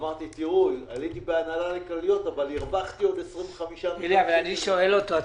אמרתי: עליתי בהנהלה וכלליות אבל הרווחתי עוד 25 מיליון שקל.